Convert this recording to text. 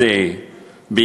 לחץ ושינויים פוליטיים,